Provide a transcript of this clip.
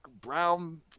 brown